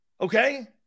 Okay